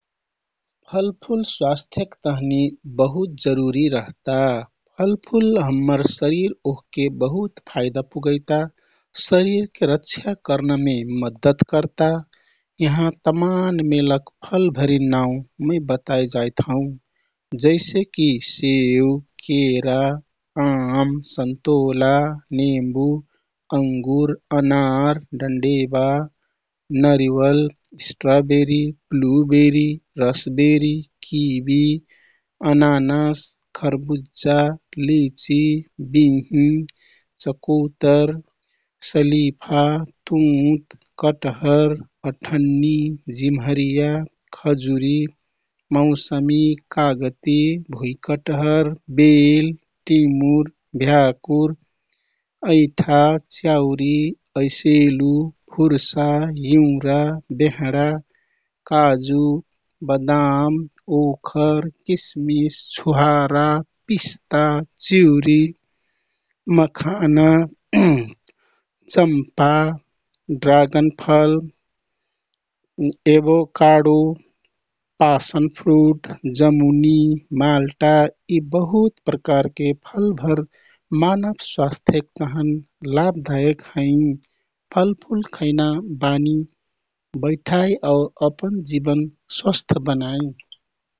फलफुल स्वास्थ्यक तहनि बहुत जरूरी रहता। फलफुल हम्मर शरीर ओहके बहुत फाइदा पुगैता। शरीरके रक्षा करनामे मद्दत करता। यहाँ तमान मेलक फल भरिन नाउ मै बताइ जाइत हौँ, जैसेकि सेउ, केरा, आम, सन्तोला, नेम्बु, अंगुर, अनार, डन्डेबा, नरिवल, स्ट्रबेरी, ब्लुबेरी, रसबेरी, किवि, अनानास, खरबुज्जा, लिचि, बिहि, चकोतर, सलिफा, तुँत, कटहर, अठन्नी, जिम्हरिया, खजुरी, मौसमी, काजती, भुँइकटहर, बेल, टिमुर, भ्याकुर, ऐंठा, च्याउरी, ऐसेलु, फुर्सा, इँउरा, बेहडा, काजु, बदाम, ओखर, किसमिस, छुहारा, पिस्ता, चिउरी, मखाना, चम्फा, ड्रागनफल, एवोकाडो, पासन फ्रुट, जमुनि, माल्टा यी बहुत प्रकारके फलभर मानव स्वास्थ्यक तहन लाभदायक हैँ। फलफुल खैना बानी बैठाइ आउ अपन जिवन स्वस्थ बनाइ।